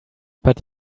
but